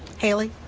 haley?